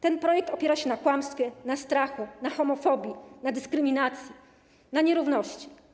Ten projekt opiera się na kłamstwie, na strachu, na homofobii, na dyskryminacji, na nierówności.